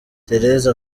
therese